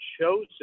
chosen